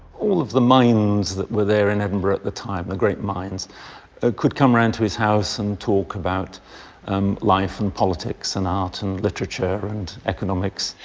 all of the minds that were there in edinburgh at the time, the great minds could come around to his house and talk about um life, and politics, and art, and literature and economics.